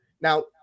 Now